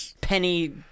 Penny